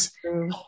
true